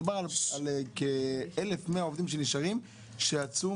מדובר על כ-1,100 עובדים שנשארים שיצאו